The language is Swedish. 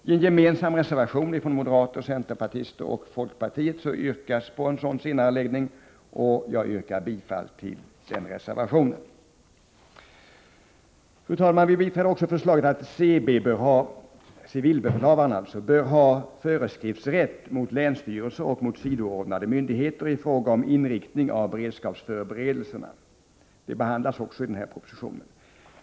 I en gemensam reservation från moderater, centerpartister och folkpartister yrkas på en sådan senareläggning, och jag yrkar bifall till den reservationen. Fru talman! Vi biträder också förslaget att CB —civilbefälhavaren —skall ha föreskriftsrätt mot länsstyrelser och mot sidoordnade myndigheter i fråga om inriktning av beredskapsförberedelserna. Det behandlas också i denna proposition.